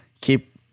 keep